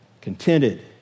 contented